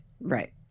Right